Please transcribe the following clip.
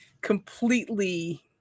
completely